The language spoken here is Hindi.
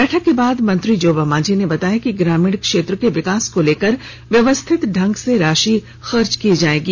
बैठक के बाद मंत्री जोबा मांझी ने बताया कि ग्रामीण क्षेत्र के विकास को लेकर व्यवस्थित ढंग से राशि खर्च की जाएगी